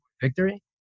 victory